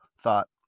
thought